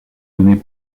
menée